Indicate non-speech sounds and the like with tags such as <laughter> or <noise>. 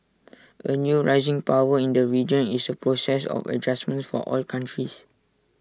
<noise> A new rising power in the region is A process of adjustment for all countries